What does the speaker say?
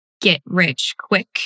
get-rich-quick